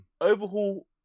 Overhaul